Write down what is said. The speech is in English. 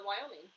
Wyoming